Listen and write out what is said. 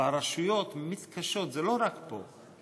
והרשויות מתקשות, זה לא רק פה.